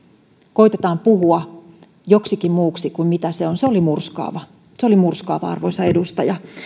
koetetaan puhua joksikin muuksi kuin mitä se on se oli murskaava arvoisa edustaja